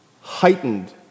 heightened